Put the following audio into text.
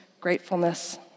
gratefulness